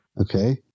Okay